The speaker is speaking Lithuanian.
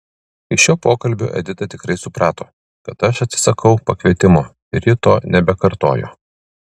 iš šio pokalbio edita tikrai suprato kad aš atsisakau pakvietimo ir ji to nebekartojo